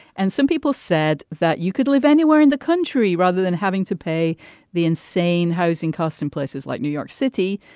and some people said that you could live anywhere in the country rather than having to pay the insane housing costs in places like new york city.